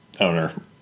owner